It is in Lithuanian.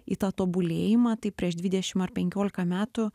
į tą tobulėjimą tai prieš dvidešimt ar penkiolika metų